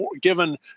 given